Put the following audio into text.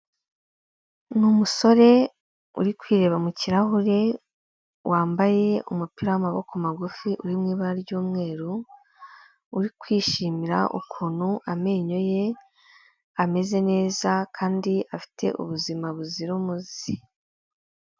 Ni umusore uri kwireba mu kirahure wambaye umupira w'amaboko magufi uri mu ibara ry'umweru, uri kwishimira ukuntu amenyo ye ameze neza kandi afite ubuzima buzira umuze.